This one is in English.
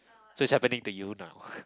so it's happening to you now